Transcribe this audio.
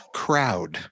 crowd